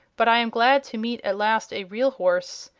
but i am glad to meet a last a real horse.